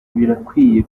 birakwiye